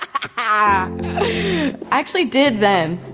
i actually did then,